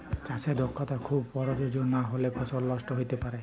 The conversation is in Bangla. চাষে দক্ষতা খুব পরয়োজল লাহলে ফসল লষ্ট হ্যইতে পারে